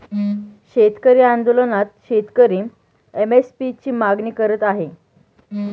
शेतकरी आंदोलनात शेतकरी एम.एस.पी ची मागणी करत आहे